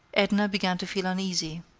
edna began to feel uneasy.